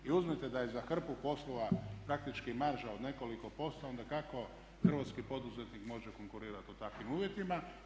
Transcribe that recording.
I uzmite da je za hrpu poslova praktički marža od nekoliko posto, onda kako hrvatski poduzetnik može konkurirat u takvim uvjetima?